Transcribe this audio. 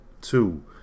two